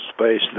space